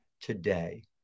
today